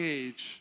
age